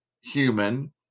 human